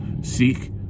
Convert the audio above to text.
Seek